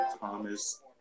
Thomas